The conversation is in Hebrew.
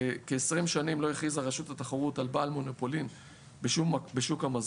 כ-20 שנים לא הכריזה הרשות לתחרות על בעל מונופולין בשוק המזון.